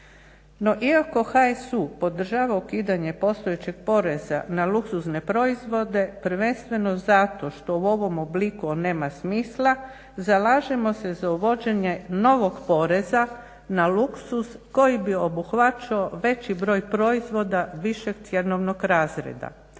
iako HSU podržava ukidanje postojećeg poreza na luksuzne proizvode, prvenstveno zato što u ovom obliku on nema smisla, zalažemo se za uvođenje novog poreza na luksuz koji bi obuhvaćao veći broj proizvoda višeg cjenovnog razreda.